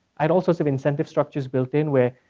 i had also some incentive structures built in where,